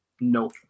no